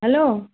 hello